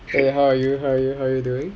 !hey! how are you how are you how are you doing